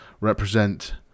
represent